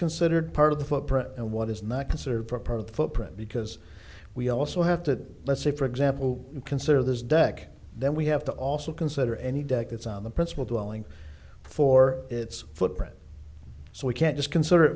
considered part of the footprint and what is not considered for a part of the footprint because we also have to let's say for example consider this deck then we have to also consider any debt that's on the principal dwelling for its footprint so we can't just consider it